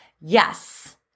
yes